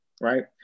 Right